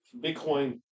Bitcoin